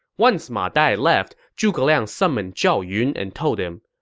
once ma dai left, zhuge liang summoned zhao yun and told him,